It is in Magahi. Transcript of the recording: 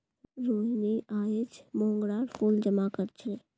रोहिनी अयेज मोंगरार फूल जमा कर छीले